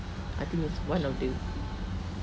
I think it's one of the